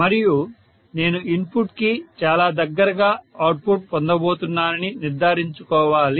మరియు నేను ఇన్పుట్ కి చాలా దగ్గరగా అవుట్పుట్ పొందబోతున్నానని నిర్ధారించుకోవాలి